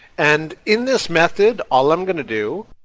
and in this method all i'm gonna do